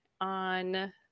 on